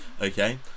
Okay